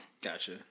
Gotcha